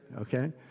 okay